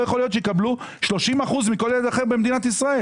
לא יכול להיות שהם יקבלו 30% מכל ילד אחר במדינת ישראל.